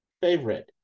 favorite